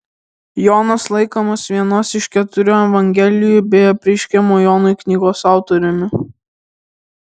jonas laikomas vienos iš keturių evangelijų bei apreiškimo jonui knygos autoriumi